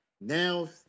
Now